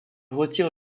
retire